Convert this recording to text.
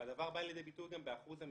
והדבר בא לידי ביטוי גם באחוז המצטיינים,